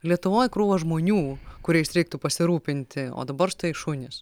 lietuvoj krūvos žmonių kuriais reiktų pasirūpinti o dabar štai šunys